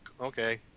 okay